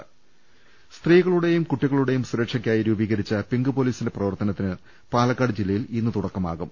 ലലലലലലലലലലലല സ്ത്രീകളുടെയും കുട്ടികളുടെയും സുരക്ഷയ്ക്കായി രൂപീകരിച്ച പിങ്ക് പൊലീസിന്റെ പ്രവർത്തനത്തിന് ഇന്ന് പാലക്കാട് ജില്ലയിൽ തുടക്കമാകും